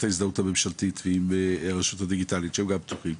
ההזדהות הממשלתית ועם רשות הדיגיטל שהם גם תומכים,